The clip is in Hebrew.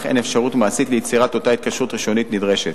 אין אפשרות מעשית ליצירת אותה התקשרות ראשונית נדרשת.